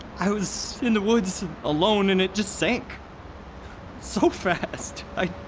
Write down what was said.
i was in the woods, alone, and it just sank so fast. i.